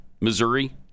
Missouri